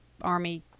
army